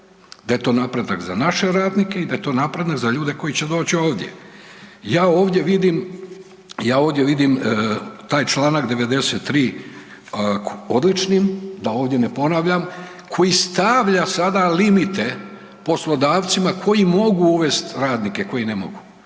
da je to napredak za naše radnike i da je to napredak za ljude koji će doći ovdje. Ja ovdje vidim taj članak 93. odličnim, da ovdje ne ponavljam, koji stavlja sada limite poslodavcima koji mogu uvesti radnike, koji ne mogu.